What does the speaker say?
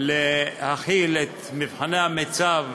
להחיל את מבחני המיצ"ב